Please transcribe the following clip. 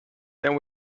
then